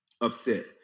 upset